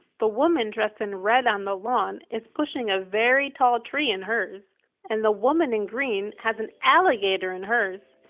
the woman dressed in red on the lawn is pushing a very tall tree in hers and the woman in green has an alligator in hers.